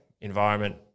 Environment